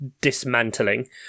dismantling